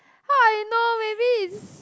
how I know maybe is